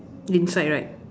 inside right